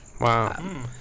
Wow